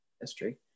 history